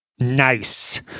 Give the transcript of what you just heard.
Nice